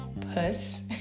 puss